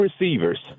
receivers